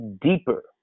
deeper